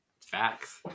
Facts